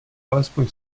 alespoň